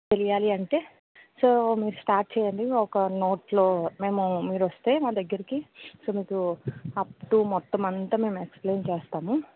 తెలియాలి అంటే సో మీరు స్టార్ట్ చేయండి ఒక నోట్స్లో మేము మీరు వస్తే మా దగ్గరకి సో మీకు అప్టు మొత్తం అంతా మేము ఎక్స్ప్లెయిన్ చేస్తాము